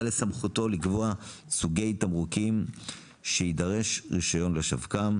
לסמכותו לקבוע סוגי תמרוקים שיידרש רישיון לשווקם,